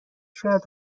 شاید